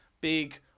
big